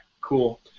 Cool